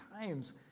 times